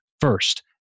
first